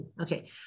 Okay